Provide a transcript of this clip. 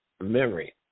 memory